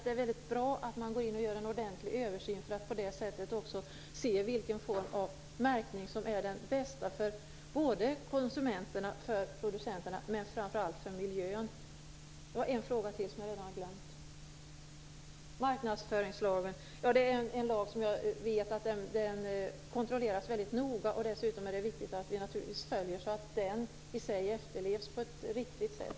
Det är bra att det görs en ordentlig översyn så att man på det sättet kan se vilken form av märkning som är bäst för både konsumenterna och producenterna, och framför allt för miljön. Marknadsföringslagen kontrolleras väldigt noga. Det är viktigt att vi följer den, att den efterlevs på ett riktigt sätt.